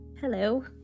Hello